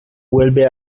vuelve